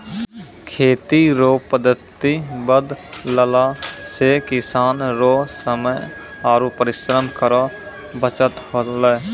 खेती रो पद्धति बदलला से किसान रो समय आरु परिश्रम रो बचत होलै